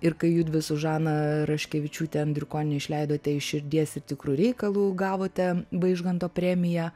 ir kai judvi su žana raškevičiūte andrikone išleidote iš širdies ir tikru reikalu gavote vaižganto premiją